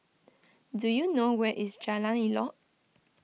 do you know where is Jalan Elok